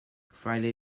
friday